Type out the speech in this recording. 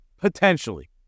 Potentially